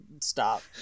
stop